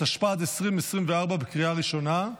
התשפ"ד 2024, לקריאה ראשונה.